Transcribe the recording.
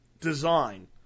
design